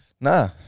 Nah